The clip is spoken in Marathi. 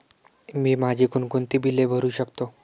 मी माझी कोणकोणती बिले भरू शकतो?